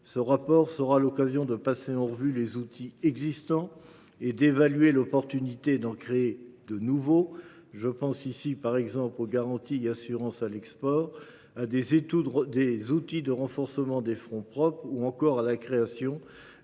Le rapport sera l’occasion de passer en revue les outils existants et d’évaluer l’opportunité d’en créer de nouveaux. Je pense ici, par exemple, aux garanties et assurances à l’export, à des outils de renforcement des fonds propres ou encore à la création